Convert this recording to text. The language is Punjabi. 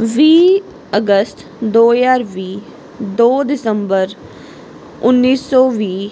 ਵੀਹ ਅਗਸਤ ਦੋ ਹਜ਼ਾਰ ਵੀਹ ਦੋ ਦਸੰਬਰ ਉੱਨੀ ਸੌ ਵੀਹ